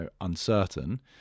uncertain